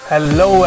Hello